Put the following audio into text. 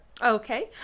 okay